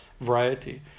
variety